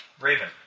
Raven